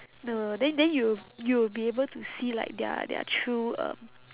no then then you will you will be able to see like their their true um